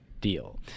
deal